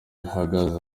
uhagaze